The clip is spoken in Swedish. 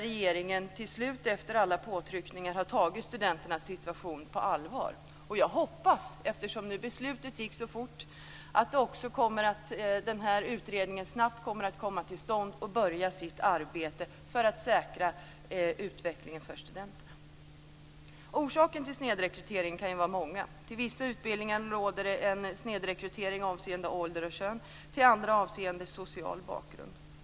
Regeringen har till slut, efter alla påtryckningar, tagit studenternas situation på allvar. Eftersom det gick så fort att fatta beslut hoppas jag att utredningen snabbt kommer till stånd och kan börja sitt arbete, så att utvecklingen säkras för studenterna. Orsakerna till snedrekrytering kan vara många. Till vissa utbildningar råder det en snedrekrytering avseende ålder och kön, till andra avseende social bakgrund.